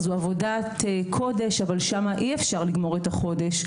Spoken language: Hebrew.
זו עבודת קודש, אבל שם אי-אפשר לגמור את החודש.